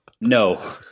No